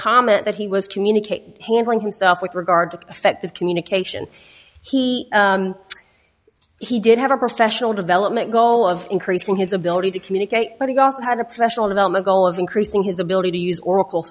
comment that he was communicating handling himself with regard to the effect of communication he he did have a professional development goal of increasing his ability to communicate but he also had a professional development goal of increasing his ability to use oracle